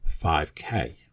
5k